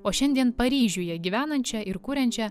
o šiandien paryžiuje gyvenančia ir kuriančia